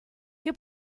che